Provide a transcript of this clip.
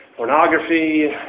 Pornography